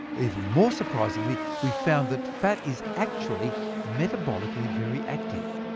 even more surprisingly, we found that fat is actually metabolically very active,